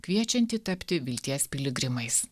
kviečiantį tapti vilties piligrimais